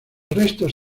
restos